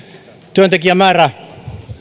työntekijämäärä